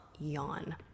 yawn